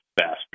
faster